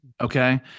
Okay